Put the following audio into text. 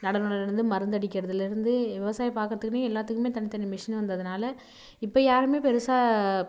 நடவு நடுகிறதுலேர்ந்து மருந்து அடிக்கிறதுலேர்ந்து விவசாயம் பார்க்குறத்துக்குனே எல்லாத்துக்கும் தனி தனி மிஷினு வந்ததுனால் இப்போ யாரும் பெருசாக